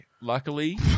Luckily